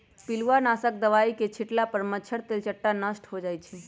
पिलुआ नाशक दवाई के छिट्ला पर मच्छर, तेलट्टा नष्ट हो जाइ छइ